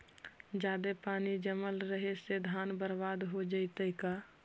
जादे पानी जमल रहे से धान बर्बाद हो जितै का?